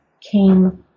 came